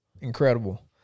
Incredible